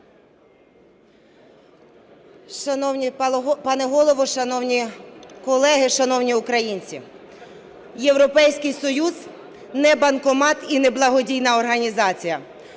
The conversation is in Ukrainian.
Шановний пане Голово, шановні колеги, шановні українці! Європейський Союз – не банкомат і не благодійна організація.